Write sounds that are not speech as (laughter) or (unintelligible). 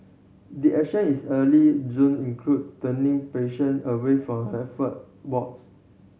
did action is early June include turning patient away from (unintelligible) wards